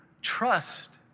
trust